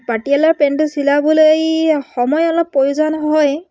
পাটিয়ালাৰ পেণ্টটো চিলাবলে সময় অলপ প্ৰয়োজন হয়